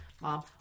mom